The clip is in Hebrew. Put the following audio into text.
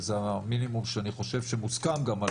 זה המינימום שאני חושב שמוסכם גם.